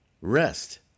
rest